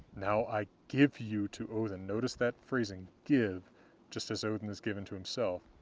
now i give you to odinn. notice that phrasing give just as odinn is given to himself.